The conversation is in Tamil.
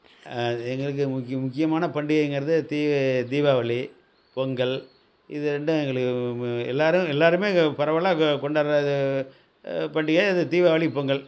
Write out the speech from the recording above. எங்களுக்கு முக் முக்கியமான பண்டிகைங்கிறது தீ தீபாவளி பொங்கல் இது ரெண்டும் எங்களுக்கு எல்லாரும் எல்லாருமே இங்கே பரவலாக கொண்டாடுகிற பண்டிகை இது தீபாவளி பொங்கல்